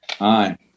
Aye